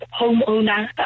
homeowner